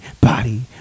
body